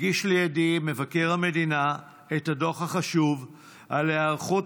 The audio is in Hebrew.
הגיש לידי מבקר המדינה את הדוח החשוב על היערכות